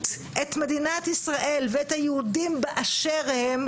את מדינת ישראל ואת היהודים באשר הם.